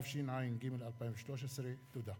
התשע"ג 2013, תודה.